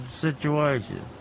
situation